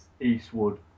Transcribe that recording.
Eastwood